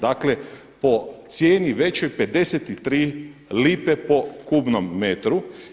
Dakle po cijeni većoj 53 lipe po kubnom metru.